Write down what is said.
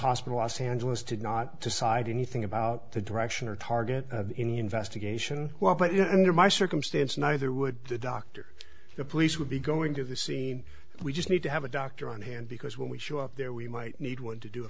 hospital los angeles did not decide anything about the direction or target of any investigation well but you know and there my circumstance neither would the doctor the police would be going to the scene we just need to have a doctor on hand because when we show up there we might need one to do a